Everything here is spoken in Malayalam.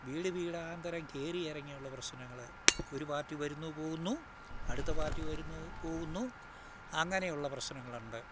വീട് വീടാന്തരം കയറിയിറങ്ങിയുള്ള പ്രശ്നങ്ങൾ ഒരു പാർട്ടി വരുന്നു പോകുന്നു അടുത്ത പാർട്ടി വരുന്നു പോകുന്നു അങ്ങനെയുള്ള പ്രശ്നങ്ങളുണ്ട്